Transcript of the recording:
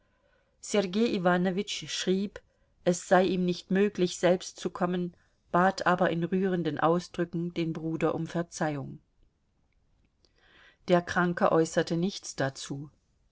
sergei iwanowitsch schrieb es sei ihm nicht möglich selbst zu kommen bat aber in rührenden ausdrücken den bruder um verzeihung der kranke äußerte nichts dazu